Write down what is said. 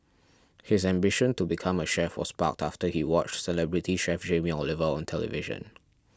his ambition to become a chef was sparked after he watched celebrity chef Jamie Oliver on television